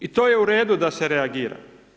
I to je u redu da se reagira.